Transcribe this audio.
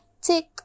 Tick